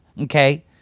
okay